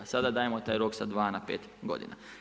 Sada dajemo taj rok sa 2 na 5 godina.